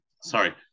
sorry